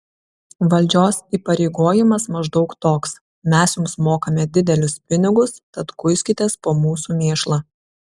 valdžios įpareigojimas maždaug toks mes jums mokame didelius pinigus tad kuiskitės po mūsų mėšlą